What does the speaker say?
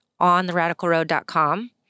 ontheradicalroad.com